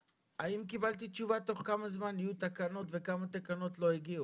האם קיבלתי תשובה תוך כמה זמן יהיו תקנות וכמה תקנות לא הגיעו?